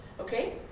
Okay